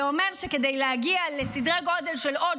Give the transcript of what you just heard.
זה אומר שכדי להגיע לסדרי גודל של עוד